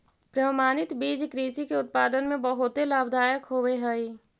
प्रमाणित बीज कृषि के उत्पादन में बहुत लाभदायक होवे हई